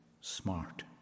smart